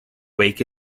wake